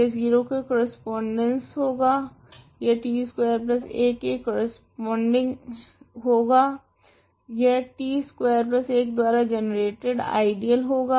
यह 0 के कोरेस्पोंडस होगा यह t स्कवेर 1 के कोरेस्पोंडस हाओगा यह t स्कवेर 1 द्वारा जनरेटेड आइडियल होगा